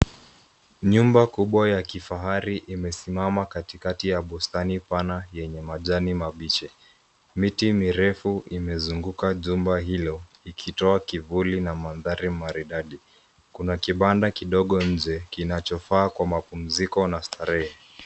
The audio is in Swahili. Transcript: Nyumba kubwa ya kifahari imesimama katikati ya bustani pana yenye majani mabichi. Miti mirefu imezunguka jumba hilo, ikitoa kivuli na mandhari maridadi. Kuna kibanda kidogo nje kinachofaa kwa mapumziko na starehe.